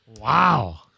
Wow